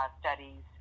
studies